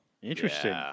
Interesting